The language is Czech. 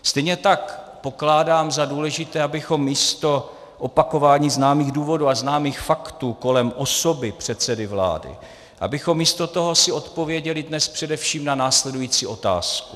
Stejně tak pokládám za důležité, abychom místo opakování známých důvodů a známých faktů kolem osoby předsedy vlády, abychom si místo toho odpověděli dnes především na následující otázku.